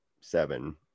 seven